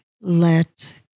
let